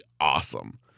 awesome